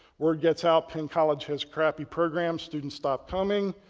word gets out penn college has crappy programs, students stop coming,